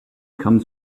comes